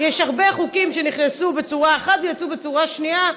יש הרבה חוקים שנכנסו בצורה אחת ויצאו בצורה שנייה.